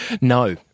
No